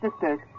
sisters